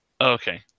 Okay